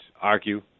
argue